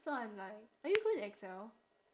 so I'm like are you good in Excel